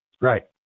Right